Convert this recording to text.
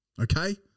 Okay